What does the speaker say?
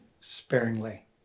sparingly